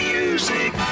Music